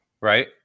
Right